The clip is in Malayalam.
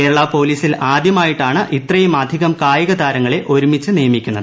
കേരളാ പോലീസിൽ ്ആദ്യമായിട്ടാണ് ഇത്രയും അധികം കായിക താരങ്ങളെ ഒരുമിച്ച് നിയമിക്കുന്നത്